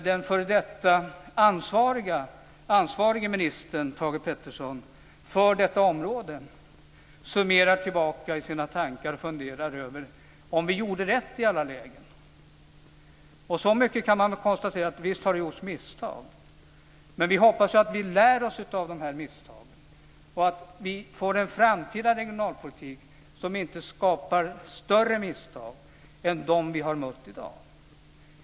Den f.d. ansvarige ministern Thage G. Peterson för detta område summerar tillbaka i sina tankar och funderar om man gjorde rätt i alla lägen: Och så mycket kan man konstatera att visst har det gjorts misstag. Men vi hoppas att vi lär oss av de här misstagen och att vi får en framtida regionalpolitik som inte skapar större misstag än dem vi har mött i dag.